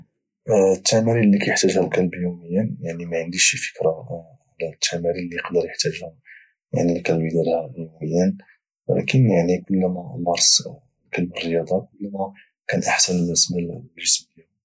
التمارين التي يحتاجها الكلب يوميا، يعني ما عنديش فكرة عن التمارين اللي يحتاجها يعني يوميا، لكن يعني كلما مارس الكلب الرياضة كلما كان أحسن بالنسبة للجسم